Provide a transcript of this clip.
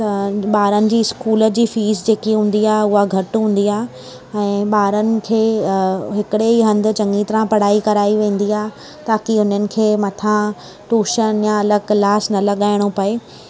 त ॿारनि जी स्कूल जी फीस जेकी हुंदी आहे उहा घटि हूंदी आहे ऐं ॿारनि खे अ हिकिड़े ई हंधि चङी तरह पढ़ाई कराई वेंदी आहे ताकी उन्हनि खे मथां टूशन या अलॻि क्लास न लॻाइणो पए